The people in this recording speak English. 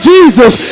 Jesus